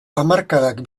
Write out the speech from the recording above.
hamarkadak